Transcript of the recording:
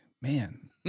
man